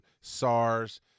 SARS